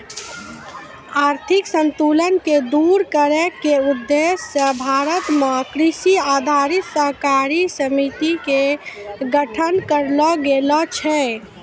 आर्थिक असंतुल क दूर करै के उद्देश्य स भारत मॅ कृषि आधारित सहकारी समिति के गठन करलो गेलो छै